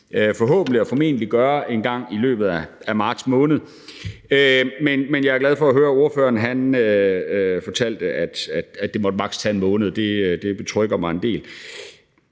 forhåbentlig og formentlig gør en gang i løbet af marts måned, men jeg er glad for at høre ordføreren fortælle, at det maks. måtte tage en måned. Det betrygger mig en del.